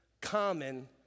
common